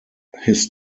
his